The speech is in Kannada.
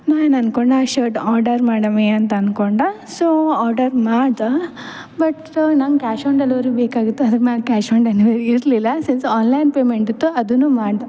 ನಾ ಏನು ಅನ್ಕೊಂಡೆ ಆ ಶರ್ಟ್ ಆರ್ಡರ್ ಮಾಡಮಿ ಅಂತ ಅನ್ಕೊಂಡೆ ಸೊ ಆರ್ಡರ್ ಮಾಡ್ದೆ ಬಟ್ ನಂಗೆ ಕ್ಯಾಶ್ ಆನ್ ಡೆಲವರಿ ಬೇಕಾಗಿತ್ತು ಅದ್ಕೆ ನಾನು ಕ್ಯಾಶ್ ಆನ್ ಡೆನ್ವರಿ ಇರಲಿಲ್ಲ ಸಿನ್ಸ್ ಆನ್ಲೈನ್ ಪೇಮೆಂಟ್ ಇತ್ತು ಅದನ್ನು ಮಾಡ್ದೆ